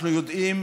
אנחנו יודעים